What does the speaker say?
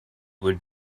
would